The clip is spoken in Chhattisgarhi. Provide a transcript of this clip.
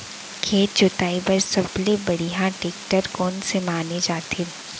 खेत जोताई बर सबले बढ़िया टेकटर कोन से माने जाथे?